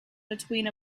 between